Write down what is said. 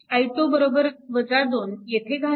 i2 2 येथे घाला